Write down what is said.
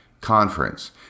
conference